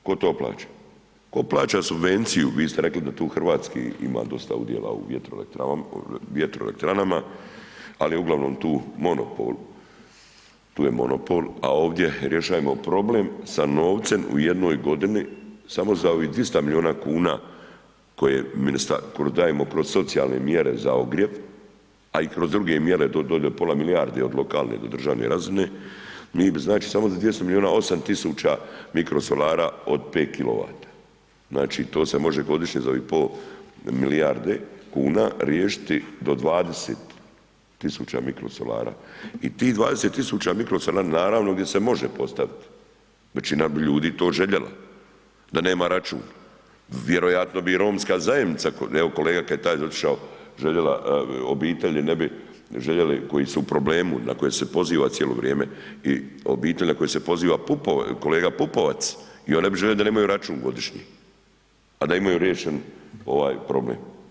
Tko plaća subvenciju, vi ste rekli da tu hrvatskih ima dosta udjela u vjetroelektranama ali uglavnom tu monopol, tu je monopol a ovdje rješavamo problem sa novce u jednoj godini samo za ovih 200 milijuna kuna koje dajemo kroz socijalne mjere za ogrjev a i kroz druge mjere, dođe do pola milijarde od lokalne do državne razine, mi znači samo do 200 milijuna, 8000 mikrosolara od 5 kW, znači to se može godišnje za ovih pol milijarde kuna riješiti do 20 000 mikrosolara i tih 20 000 mikrosolara naravno gdje se može postavit, većina ljudi to bi željela, da nema račun, vjerojatno bi i romska zajednica, evo kolega Kajtazi je otišao, željela, obitelji ne bi željeli koji su u problemu, na koji se poziva cijelo vrijeme i obitelji na koje se poziva kolega Pupovac, i oni bi željeli da nemaju račun godišnje a da imaju riješen ovaj problem.